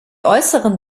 äußeren